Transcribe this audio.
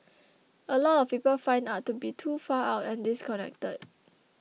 a lot of people find art to be too far out and disconnected